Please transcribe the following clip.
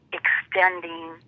extending